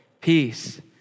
peace